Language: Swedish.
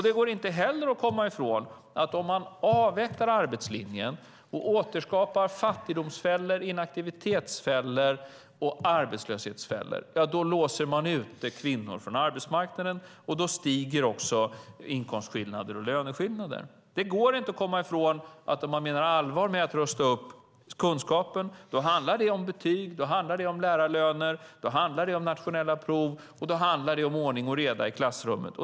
Det går inte att komma ifrån att om man avvecklar arbetslinjen och återskapar fattigdomsfällor, inaktivitetsfällor och arbetslöshetsfällor låser man ute kvinnor från arbetsmarknaden, och därmed stiger inkomstskillnaderna och löneskillnaderna. Det går inte heller att komma ifrån att om man menar allvar med att rusta upp kunskaperna handlar det om betyg, lärarlöner, nationella prov och ordning och reda i klassrummet.